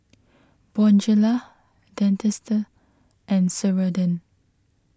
Bonjela Dentiste and Ceradan